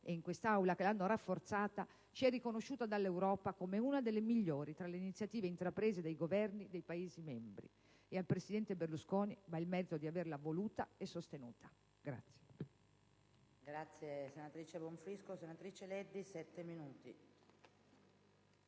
e in quest'Aula che l'hanno rafforzata, ci è riconosciuta dall'Europa come una delle migliori tra le iniziative intraprese dai Governi dei Paesi membri e al presidente Berlusconi va il merito di averla voluta e sostenuta. *(Applausi della senatrice Colli).* PRESIDENTE. È iscritta